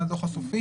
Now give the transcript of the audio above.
על הדו"ח הסופי